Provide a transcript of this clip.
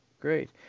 Great